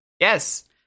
Yes